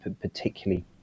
particularly